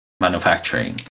manufacturing